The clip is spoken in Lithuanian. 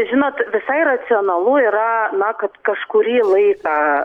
žinot visai racionalu yra na kad kažkurį laiką